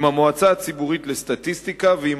עם המועצה הציבורית לסטטיסטיקה ועם